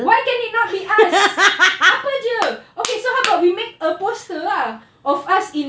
why can't it not be us apa jer okay so how about we make a poster ah of us